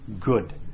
good